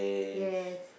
yes